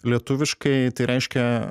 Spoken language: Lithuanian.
lietuviškai tai reiškia